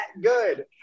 good